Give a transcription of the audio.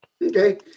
Okay